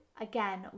Again